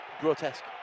grotesque